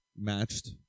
matched